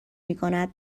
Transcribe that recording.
میکند